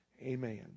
Amen